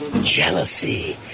jealousy